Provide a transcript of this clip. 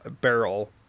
barrel